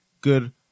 good